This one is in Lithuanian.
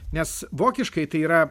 nes vokiškai tai yra